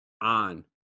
on